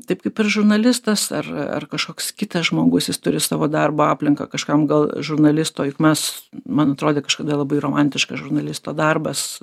taip kaip ir žurnalistas ar ar kažkoks kitas žmogus jis turi savo darbo aplinką kažkam gal žurnalisto juk mes man atrodė kažkada labai romantiškas žurnalisto darbas